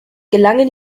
gelangen